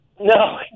No